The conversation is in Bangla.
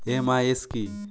এম.আই.এস কি?